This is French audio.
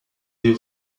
des